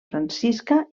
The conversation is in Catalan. francisca